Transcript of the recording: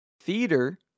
theater